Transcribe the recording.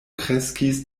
kreskis